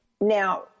Now